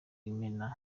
imena